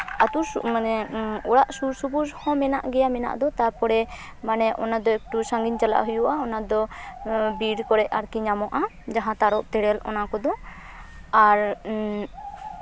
ᱟᱛᱳ ᱢᱟᱱᱮ ᱚᱲᱟᱜ ᱥᱩᱨ ᱥᱩᱯᱩᱨ ᱦᱚᱸ ᱢᱮᱱᱟᱜ ᱜᱮᱭᱟ ᱢᱮᱱᱟᱜ ᱫᱚ ᱛᱟᱨᱯᱚᱨᱮ ᱢᱟᱱᱮ ᱚᱱᱟᱫᱚ ᱮᱠᱴᱩ ᱥᱟᱺᱜᱤᱧ ᱪᱟᱞᱟᱜ ᱦᱩᱭᱩᱜᱼᱟ ᱚᱱᱟᱫᱚ ᱵᱤᱨ ᱠᱚᱨᱮᱜ ᱟᱨᱠᱤ ᱧᱟᱢᱚᱜᱼᱟ ᱡᱟᱦᱟᱸ ᱛᱟᱨᱚᱵ ᱛᱮᱨᱮᱞ ᱚᱱᱟ ᱠᱚᱫᱚ ᱟᱨ